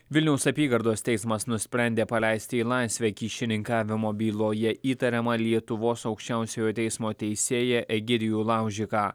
vilniaus apygardos teismas nusprendė paleisti į laisvę kyšininkavimo byloje įtariamą lietuvos aukščiausiojo teismo teisėją egidijų laužiką